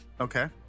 Okay